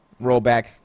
rollback